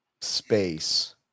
space